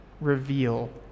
reveal